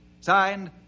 Signed